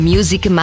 Music